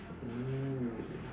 mm